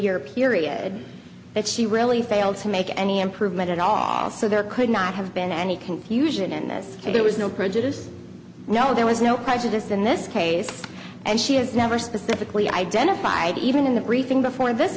year period that she really failed to make any improvement at all so there could not have been any confusion in this case there was no prejudice no there was no prejudice in this case and she has never specifically identified even in the briefing